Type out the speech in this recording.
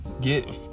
get